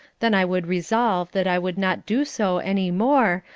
then i would resolve that i would not do so any more,